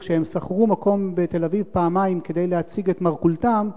וכשהם שכרו מקום בתל-אביב פעמיים כדי להציג את מרכולתם,